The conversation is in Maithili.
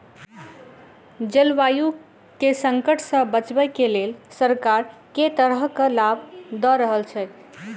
जलवायु केँ संकट सऽ बचाबै केँ लेल सरकार केँ तरहक लाभ दऽ रहल छै?